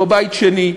לא בית שני,